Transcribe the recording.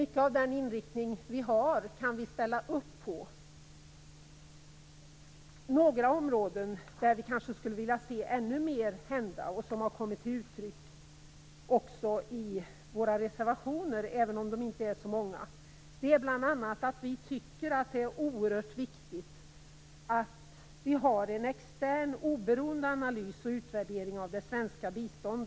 Mycket av den inriktning som det har kan vi ställa upp på. Några områden där vi kanske skulle vilja se ännu mer hända - vilket har kommit till uttryck också i våra reservationer, även om de inte är så många - gäller bl.a. att vi tycker att det är oerhört viktigt att det görs en extern, oberoende analys och utvärdering av det svenska biståndet.